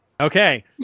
okay